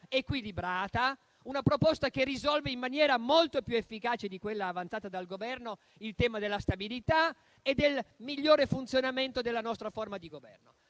equilibrata, che risolve in maniera molto più efficace di quella avanzata dal Governo il tema della stabilità e del miglior funzionamento della nostra forma di Governo.